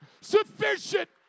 sufficient